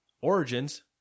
Origins